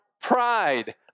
Pride